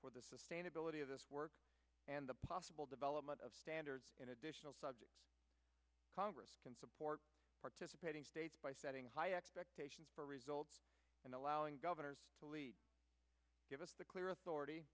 for the sustainability of this work and the possible development of standards in additional subjects congress can support participating states by setting high expectations for results and allowing governors give us the clear authority